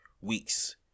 weeks